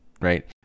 right